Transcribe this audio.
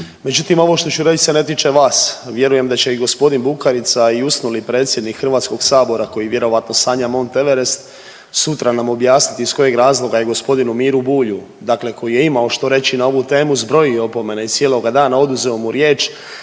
međutim ovo što ću reći se ne tiče vas, vjerujem da će i g. Bukarica i usnuli predsjednik HS koji vjerojatno sanja Mont Everest sutra nam objasniti iz kojeg razloga je g. Miru Bulju, dakle koji je imao što reći na ovu temu zbrojio opomene iz cijeloga dana i oduzeo mu riječ